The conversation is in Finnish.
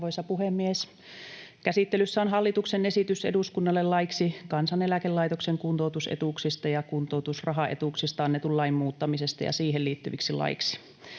chairman_statement Section: 6 - Hallituksen esitys eduskunnalle laiksi Kansaneläkelaitoksen kuntoutusetuuksista ja kuntoutusrahaetuuksista annetun lain muuttamisesta ja siihen liittyviksi laeiksi